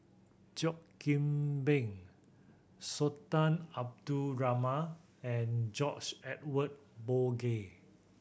Cheo Kim Ban Sultan Abdul Rahman and George Edwin Bogaar